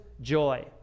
joy